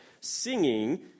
singing